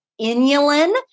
inulin